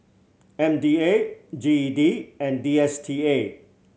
M D A G E D and D S T A